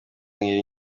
nk’iri